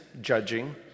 judging